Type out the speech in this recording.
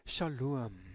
Shalom